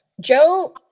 Joe